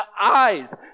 eyes